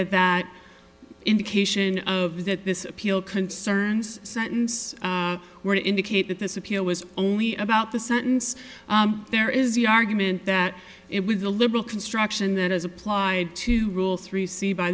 that that indication that this appeal concerns sentence were to indicate that this appeal was only about the sentence there is the argument that it was a liberal construction that as applied to rule three see by